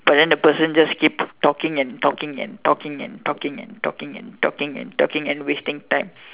but then the person just keeps talking and talking and talking and talking and talking and talking and talking and wasting time